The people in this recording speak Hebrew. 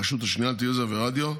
הרשות השנייה לטלוויזיה ולרדיו.